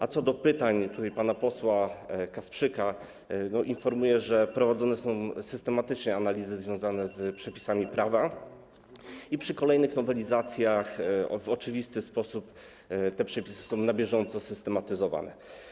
A odnośnie do pytań informuję pana posła Kasprzyka, że prowadzone są systematycznie analizy związane z przepisami prawa i przy kolejnych nowelizacjach w oczywisty sposób te przepisy są na bieżąco systematyzowane.